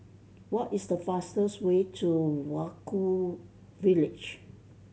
what is the fastest way to Vaiaku village